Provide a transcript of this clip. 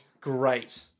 Great